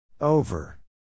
over